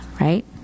right